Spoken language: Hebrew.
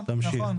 תמשיך.